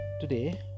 today